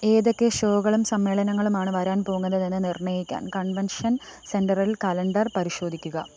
ഏതൊക്കെ ഷോകളും സമ്മേളനങ്ങളുമാണ് വരാൻ പോകുന്നതെന്ന് നിർണ്ണയിക്കാൻ കൺവെൻഷൻ സെൻ്ററിൽ കലണ്ടർ പരിശോധിക്കുക